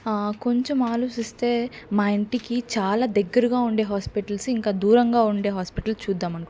ఆ కొంచెం ఆలోచిస్తే మా ఇంటికి చాలా దగ్గరగా ఉండే హాస్పిటల్స్ ఇంకా దూరంగా ఉండే హాస్పిటల్స్ చూద్దామనుకుంటున్నాను